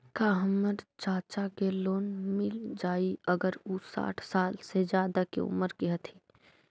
का हमर चाचा के लोन मिल जाई अगर उ साठ साल से ज्यादा के उमर के हथी?